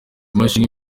imashini